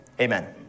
amen